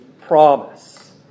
promise